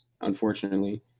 unfortunately